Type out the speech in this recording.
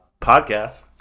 podcast